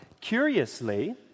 Curiously